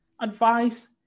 Advice